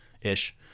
ish